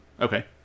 Okay